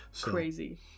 crazy